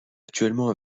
actuellement